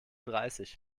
dreißig